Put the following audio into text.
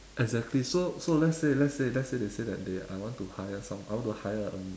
exactly so so let's say let's say let's say they say that they I want to hire some I want to hire a